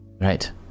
Right